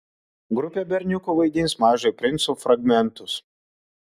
grupė berniukų vaidins mažojo princo fragmentus